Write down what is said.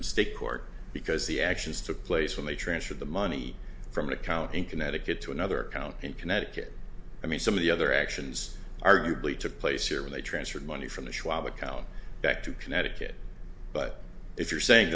in state court because the actions took place when they transferred the money from an account in connecticut to another county in connecticut i mean some of the other actions arguably took place here when they transferred money from the schwab account back to connecticut but if you're saying